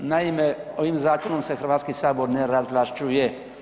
Naime, ovim zakonom se Hrvatski sabor ne razvlašćuje.